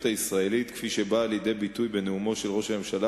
הישראלית כפי שהיא באה לידי ביטוי בנאומו של ראש הממשלה